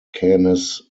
canis